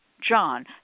John